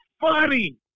funny